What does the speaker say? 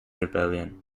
rebellion